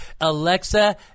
Alexa